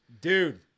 Dude